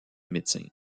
médecin